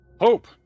Hope